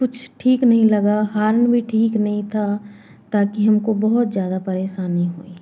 कुछ ठीक नहीं लगा हाल भी ठीक नहीं था ताकि हमको बहुत ज़्यादा परेशानी हुई